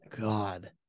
God